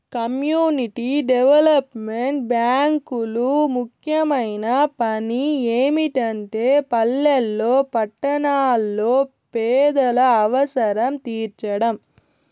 community development బ్యేంకులు ముఖ్యమైన పని ఏమిటంటే పల్లెల్లో పట్టణాల్లో పేదల అవసరం తీర్చడం